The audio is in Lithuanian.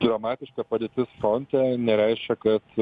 dramatiška padėtis fronte nereiškia kad